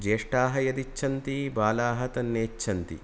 ज्येष्ठाः यदिच्छन्ति बालाः तन्नेच्छन्ति